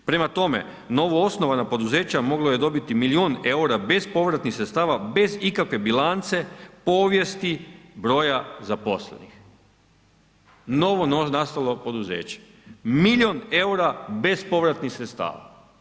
Prema tome, novoosnovana poduzeća moglo je dobiti milijun eura bespovratnih sredstava, bez ikakve bilance, povijesti, broja zaposlenih, novonastalo poduzeće milijun eura bespovratnih sredstava.